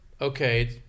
Okay